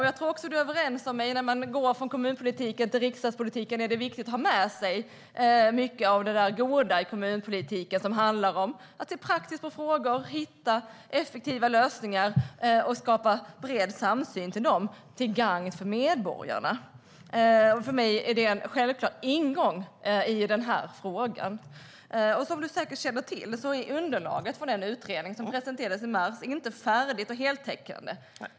Jag tror att vi är överens om att när man går från kommunpolitiken till rikspolitiken är det viktigt att ha med sig mycket av det goda i kommunpolitiken, som handlar om att se praktiskt på frågor, hitta effektiva lösningar och skapa bred samsyn om dem till gagn för medborgarna. För mig är det en självklar ingång i den här frågan. Som du säkert känner till är underlaget från utredningen, som presenterades i mars, inte färdigt och heltäckande.